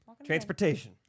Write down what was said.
Transportation